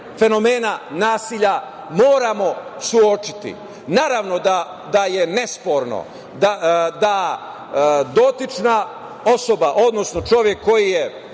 fenomena nasilja moramo suočiti. Naravno da je nesporno da dotična osoba, odnosno čovek koji je